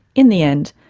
in the end,